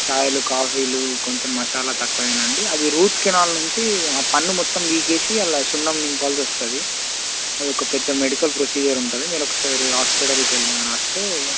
చాయలు కాఫీలు కొంచెం మసాలా తక్కువేనండి అది రూట్ కనాాల నుంచి ఆ పన్ను మొత్తం పీకేసి అలా సున్నం నింపాల్స వస్తుంది అదొక పెద్ద మెడికల్ ప్రొసీజర్ ఉంటుంది మీరు ఒక సారి హాస్పిటల్కి వెళ్ళి వస్తే